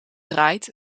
draait